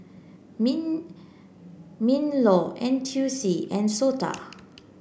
Minlaw N T U C and SOTA